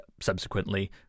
subsequently